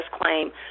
claim